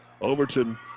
Overton